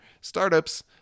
Startups